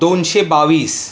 दोनशे बावीस